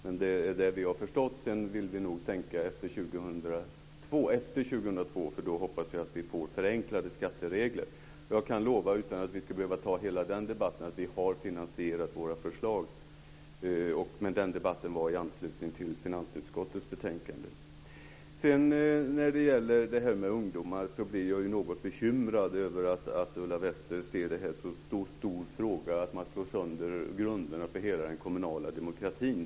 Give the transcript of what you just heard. Men det har vi förstått, och efter 2002 vill vi genomföra en sänkning, för då hoppas jag att vi får förenklade skatteregler. Utan att vi ska behöva att ta hela den debatten kan jag lova att vi har finansierat våra förslag. Men den debatten hölls i anslutning till finansutskottets betänkande. När det gäller detta med ungdomar blir jag något bekymrad över att Ulla Wester ser det som så stor fråga att den leder till att man slår sönder grunderna för hela den kommunala demokratin.